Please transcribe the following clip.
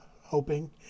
hoping